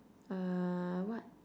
uh what